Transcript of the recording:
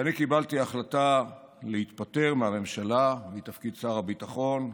כשאני קיבלתי החלטה להתפטר מהממשלה מתפקיד שר הביטחון,